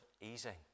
easing